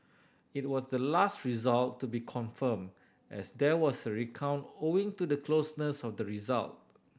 it was the last result to be confirmed as there was a recount owing to the closeness of the result